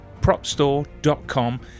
propstore.com